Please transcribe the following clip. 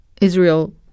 Israel